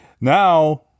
Now